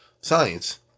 science